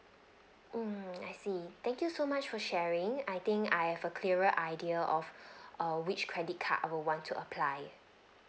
mm I see thank you so much for sharing I think I have a clearer idea of err which credit card I would want to apply